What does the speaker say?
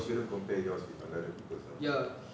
cause you don't compare yours with another people ya